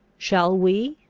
shall we,